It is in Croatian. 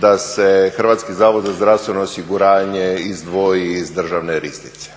da se Hrvatski zavod za zdravstveno osiguranje izdvoji iz državne riznice,